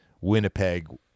Winnipeg